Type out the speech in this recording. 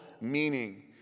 meaning